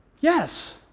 Yes